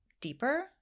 deeper